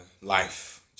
life